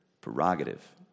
prerogative